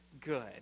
good